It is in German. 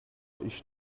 ich